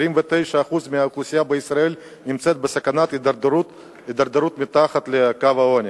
29% מהאוכלוסייה בישראל נמצאים בסכנת הידרדרות מתחת לקו העוני.